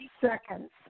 seconds